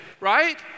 right